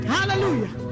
Hallelujah